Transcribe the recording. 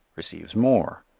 receives more?